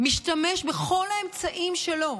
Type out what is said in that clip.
משתמש בכל האמצעים שלו,